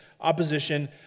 opposition